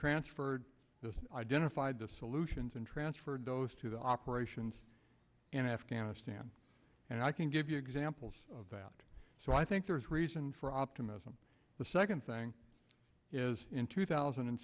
transferred this identified to solutions and transferred those to the operations in afghanistan and i can give you examples of that so i think there is reason for optimism the second thing is in two thousand and